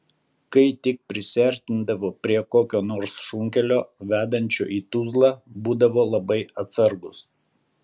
kai tik prisiartindavo prie kokio nors šunkelio vedančio į tuzlą būdavo labai atsargūs